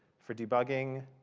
for debugging,